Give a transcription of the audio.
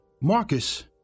Marcus